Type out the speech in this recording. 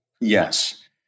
Yes